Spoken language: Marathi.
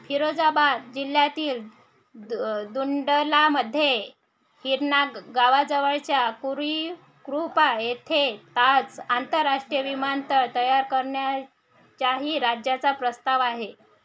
फिरोजाबाद जिल्ह्यातील दु टुंडलामध्ये हिरनाग गावाजवळच्या कुरीकुपा येथे ताज आंतरराष्ट्रीय विमानतळ तयार करण्याच्याही राज्याचा प्रस्ताव आहे